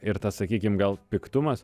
ir tas sakykim gal piktumas